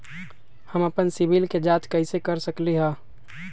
हम अपन सिबिल के जाँच कइसे कर सकली ह?